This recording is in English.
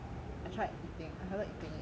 I tried eating I started eating it also